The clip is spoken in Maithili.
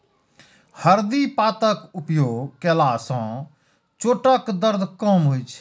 हरदि पातक उपयोग कयला सं चोटक दर्द कम होइ छै